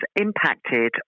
impacted